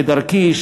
כדרכי,